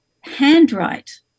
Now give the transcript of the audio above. handwrite